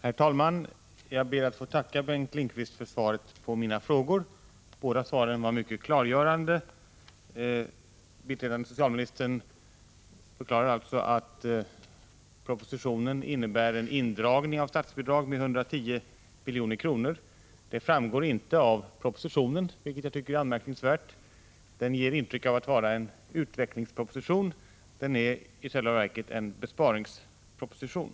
Herr talman! Jag ber att få tacka Bengt Lindqvist för svaret på mina frågor. Båda svaren var mycket klargörande. Biträdande socialministern förklarar att propositionen innebär en indragning av statsbidraget med 110 milj.kr. Det framgår inte av propositionen, vilket jag tycker är anmärkningsvärt. Propositionen ger intryck av att vara en utvecklingsproposition, men den är i själva verket en besparingsproposition.